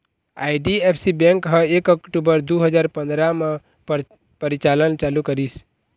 IDFC bank ह एक अक्टूबर दू हजार पंदरा म परिचालन चालू करिस